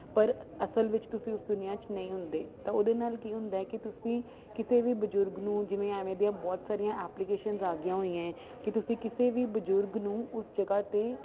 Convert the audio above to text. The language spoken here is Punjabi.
ਪਰ ਅਸਲ ਵਿੱਚ ਤੁਸੀਂ ਉਸ ਦੁਨੀਆਂ 'ਚ ਨਹੀਂ ਹੁੰਦੇ ਤਾਂ ਉਹਦੇ ਨਾਲ ਕੀ ਹੁੰਦਾ ਕਿ ਤੁਸੀਂ ਕਿਸੇ ਵੀ ਬਜ਼ੁਰਗ ਨੂੰ ਜਿਵੇਂ ਐਵੇਂ ਦੀਆਂ ਬਹੁਤ ਸਾਰੀਆਂ ਐਪਲੀਕੇਸ਼ਨਸ ਆ ਗਈਆਂ ਹੋਈਆਂ ਕਿ ਤੁਸੀਂ ਕਿਸੇ ਵੀ ਬਜ਼ੁਰਗ ਨੂੰ ਉਸ ਜਗ੍ਹਾ 'ਤੇ